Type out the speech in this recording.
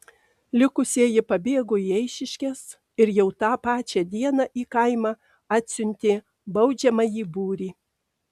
likusieji pabėgo į eišiškes ir jau tą pačią dieną į kaimą atsiuntė baudžiamąjį būrį